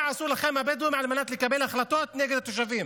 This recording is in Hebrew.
מה עשו לכם הבדואים על מנת לקבל החלטות נגד התושבים?